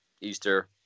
Easter